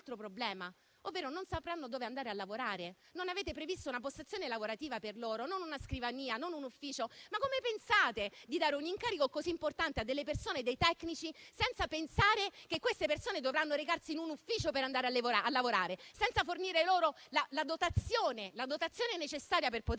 problema, ovvero non sapranno dove andare a lavorare. Non avete previsto una postazione lavorativa per loro: non una scrivania, non un ufficio. Ma come pensate di dare un incarico così importante a dei tecnici, senza pensare che queste persone dovranno recarsi in un ufficio per andare a lavorare, senza fornire loro la dotazione necessaria per poter